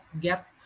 get